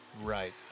Right